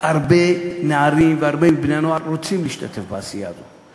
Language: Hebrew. הרבה נערים והרבה מבני-הנוער רוצים להשתתף בעשייה הזאת.